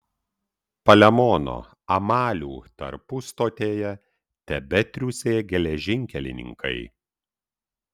palemono amalių tarpustotėje tebetriūsė geležinkelininkai